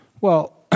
Well-